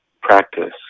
practice